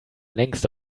längst